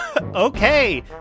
Okay